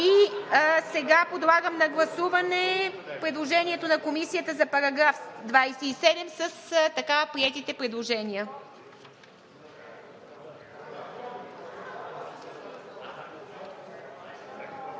Сега подлагам на гласуване предложението на Комисията за § 27 с така приетите предложения.